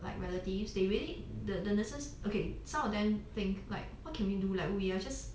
like relatives they really the nurses okay some of them think like what can we do like we are just